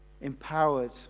empowered